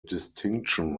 distinction